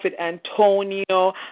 Antonio